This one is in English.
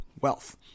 wealth